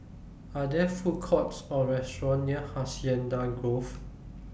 Are There Food Courts Or Restaurant near Hacienda Grove